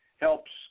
Helps